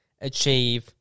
achieve